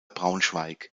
braunschweig